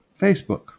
Facebook